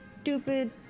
stupid